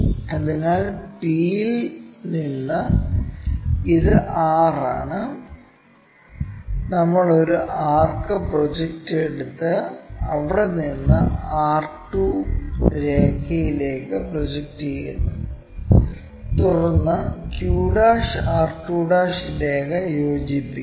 അതിനാൽ p ൽ നിന്ന് ഇത് r ആണ് നമ്മൾ ഒരു ആർക്ക് പ്രോജക്റ്റ് എടുത്ത് അവിടെ നിന്ന് r2' രേഖയിലേക്ക് പ്രൊജക്റ്റ് ചെയ്യുന്നു തുടർന്ന് q' r2' രേഖ യോജിപ്പിക്കുന്നു